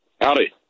Howdy